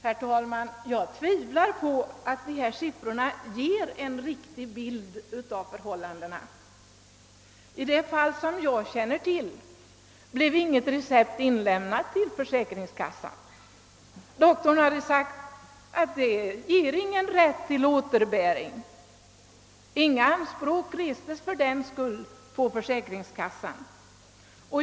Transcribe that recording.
Herr talman, jag tvivlar på att dessa siffror ger en riktig bild av förhållandena. I det fall som jag känner till blev inte något recept inlämnat till försäkringskassan — läkaren hade ju förklarat att det inte fanns någon rätt till återbäring. Inga anspråk restes sålunda på försäkringskassan.